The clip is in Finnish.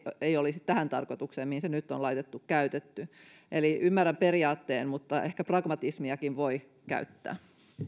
ei olisi käytetty tähän tarkoitukseen mihin se nyt on laitettu eli ymmärrän periaatteen mutta ehkä pragmatismiakin voi käyttää